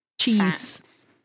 cheese